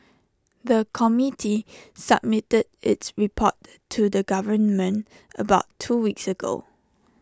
the committee submitted its report to the government about two weeks ago